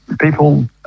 people